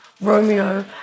Romeo